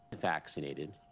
Vaccinated